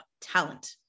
talent